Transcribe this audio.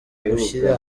gushyira